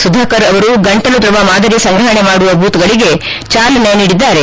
ಸುಧಾಕರ್ ಅವರು ಗಂಟಲು ದ್ರವ ಮಾದರಿ ಸಂಗ್ರಹಣೆ ಮಾಡುವ ಬೂತ್ಗಳಿಗೆ ಚಾಲನೆ ನೀಡಿದ್ದಾರೆ